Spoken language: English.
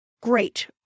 Great